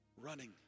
running